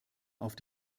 auf